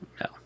No